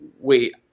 wait